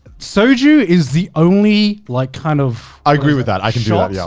soju is the only like, kind of, i agree with that. i can do um yeah